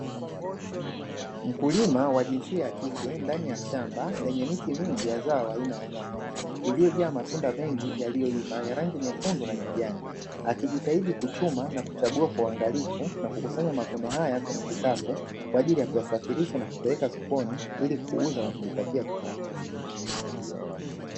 Mkulima wa jinsia ya kike ndani ya shamba, lenye miti mingi ya zao aina ya nyanya, iliyojaa matunda mengi yaliyoiva ya rangi nyekundu na kijani. Akijitahidi kuchuma na kuchagua kwa uangalifu na kukusanya mavuno haya kwenye kikapu, kwa ajili ya kuyasafirisha na kupeleka sokoni ili kuuza na kujipatia kipato.